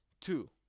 Two